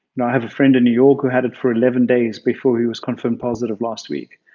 and i have a friend in new york who had it for eleven days before he was confirmed positive last week.